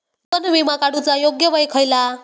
जीवन विमा काडूचा योग्य वय खयला?